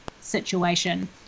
situation